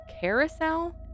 carousel